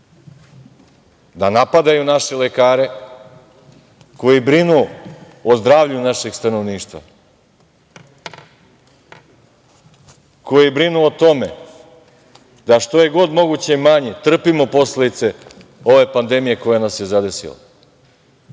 Da napadaju naše lekare koji brinu o zdravlju našeg stanovništva, koji brinu o tome da što je god moguće manje trpimo posledice ove pandemije koja nas je zadesila. Mogu